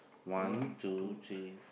one two three